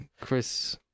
Chris